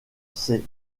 ces